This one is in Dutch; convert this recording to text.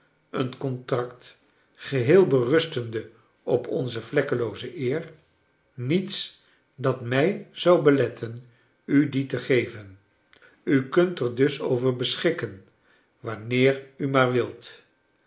een contract geheel berustende op onze vlekkelooze eer niets dat mij zou beletten u dien te geven u kunt er dus over beschikken wanneer u maar wilt